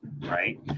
right